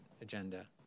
agenda